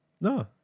No